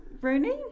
Rooney